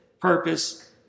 purpose